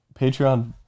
Patreon